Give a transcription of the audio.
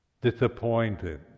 disappointed